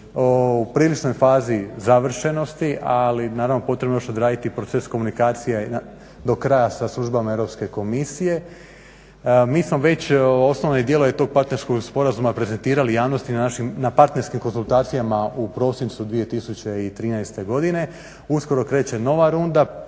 u priličnoj fazi završenosti ali potrebno je odraditi proces komunikacije i do kraja sa službama EU komisije. Mi smo već osnovne dijelove tog partnerskog sporazuma prezentirali javnosti na našim partnerskim konzultacijama u prosincu 2013., uskoro kreće nova runda